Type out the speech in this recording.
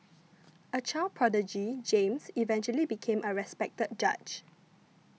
a child prodigy James eventually became a respected judge